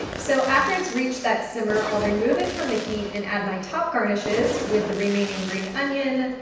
so after it's reached that simmer, i'll remove it from the heat and add my top garnishes with the remaining green onion,